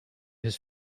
his